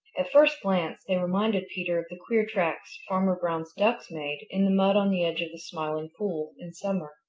at first glance they reminded peter of the queer tracks farmer brown's ducks made in the mud on the edge of the smiling pool in summer.